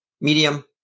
medium